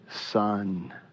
son